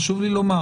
חשוב לי לומר,